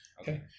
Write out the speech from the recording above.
Okay